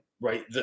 right